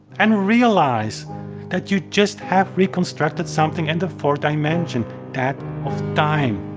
and realize that you just have reconstructed something in the fourth dimension, that of time.